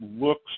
looks